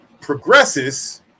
progresses